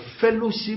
fellowship